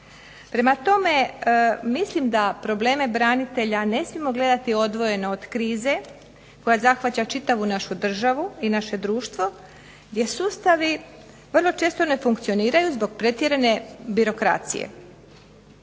Prema tome, mislim da probleme branitelja ne smijemo gledati odvojeno od krize koja zahvaća čitavu našu državu i naše društvo jer sustavi vrlo često ne funkcioniraju zbog pretjerane birokracije.